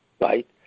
right